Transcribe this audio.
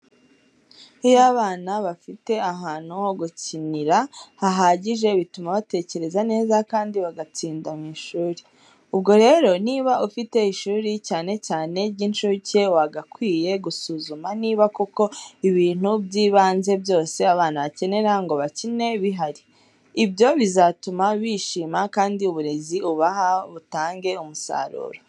Iyo abana bafite ahantu ho gukinira hahagije bituma batekereza neza kandi bagatsinda mu ishuri. Ubwo rero niba ufite ishuri cyane cyane iry'incuke, wagakwiye gusuzuma niba koko ibintu by'ibanze byose abana bakenera ngo bakine bihari. Ibyo bizatuma bishima kandi uburezi ubaha butange umusaruro.